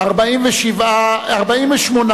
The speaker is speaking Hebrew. בדבר השלמת הרכב ועדות הכנסת נתקבלה.